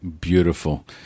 beautiful